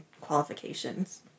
qualifications